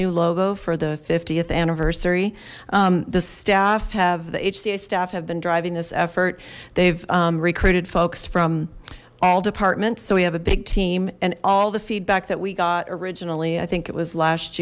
new logo for the th anniversary the staff have the hca staff have been driving this effort they've recruited folks from all departments so we have a big team and all the feedback that we got originally i think it was last